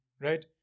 right